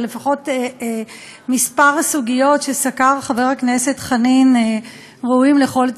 אבל לפחות כמה הסוגיות שסקר חבר הכנסת חנין ראויות לכל ציון,